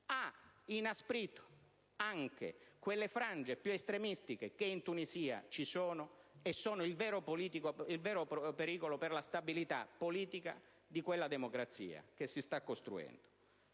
ha inasprito anche quelle frange più estremistiche che in Tunisia ci sono e sono il vero pericolo per la stabilità politica di quella democrazia che si sta costruendo.